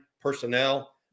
personnel